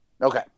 Okay